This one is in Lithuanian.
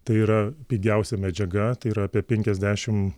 tai yra pigiausia medžiaga tai yra apie penkiasdešimt